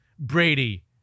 Brady